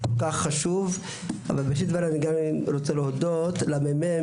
ראשית אני רוצה להודות לממ"מ.